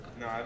No